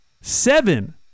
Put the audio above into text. seven